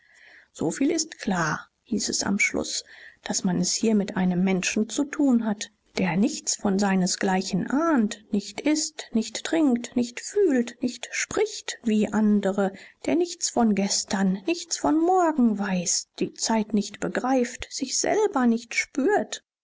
so viel ist klar hieß es am schluß daß man es hier mit einem menschen zu tun hat der nichts von seinesgleichen ahnt nicht ißt nicht trinkt nicht fühlt nicht spricht wie andre der nichts von gestern nichts von morgen weiß die zeit nicht begreift sich selber nicht spürt